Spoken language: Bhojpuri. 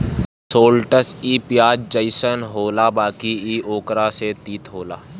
शैलटस इ पियाज जइसन होला बाकि इ ओकरो से तीत होला